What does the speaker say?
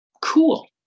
Cool